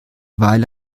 weile